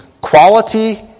quality